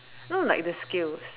no like the scales